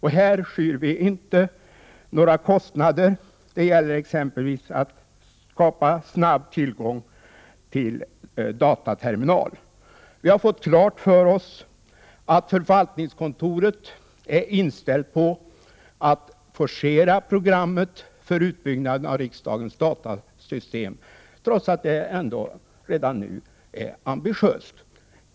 Här skyr vi inte några kostnader. Det gäller exempelvis att snabbt skapa tillgång till dataterminal. Vi har fått klart för oss att förvaltningskontoret är inställt på att forcera programmet för utbyggnaden av riksdagens datasystem, trots att det redan nu är ambitiöst.